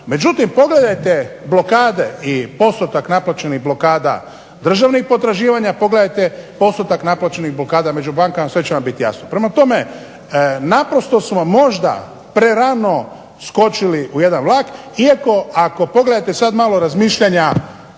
Međutim pogledajte blokade i postotak naplaćenih blokada državnih potraživanja, pogledajte postotak naplaćenih blokada među bankama, sve će vam biti jasno. Prema tome naprosto smo možda prerano skočili u jedan vlak iako, ako pogledate sad malo razmišljanja